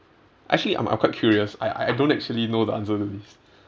actually I'm I'm quite curious I I don't actually know the answer to this